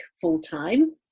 full-time